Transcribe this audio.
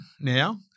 now